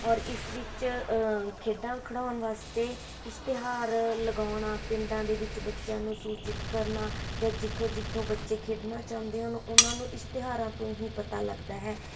ਔਰ ਇਸ ਵਿੱਚ ਖੇਡਾਂ ਖਿਡਾਉਣ ਵਾਸਤੇ ਇਸ਼ਤਿਹਾਰ ਲਗਾਉਣਾ ਪਿੰਡਾਂ ਦੇ ਵਿੱਚ ਬੱਚਿਆਂ ਨੂੰ ਸੂਚਿਤ ਕਰਨਾ ਜਾਂ ਜਿੱਥੋਂ ਜਿੱਥੋਂ ਬੱਚੇ ਖੇਡਣਾ ਚਾਹੁੰਦੇ ਹਨ ਉਨ੍ਹਾਂ ਨੂੰ ਇਸ਼ਤਿਹਾਰਾਂ ਤੋਂ ਹੀ ਪਤਾ ਲੱਗਦਾ ਹੈ